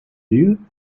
you